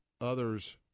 others